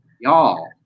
Y'all